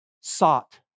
sought